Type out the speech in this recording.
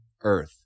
Earth